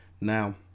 Now